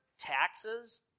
taxes